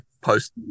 post